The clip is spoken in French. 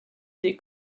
des